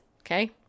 Okay